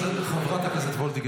חברת הכנסת פנינה